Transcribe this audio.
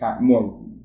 more